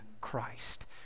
Christ